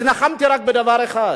התנחמתי רק בדבר אחד,